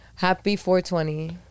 Happy420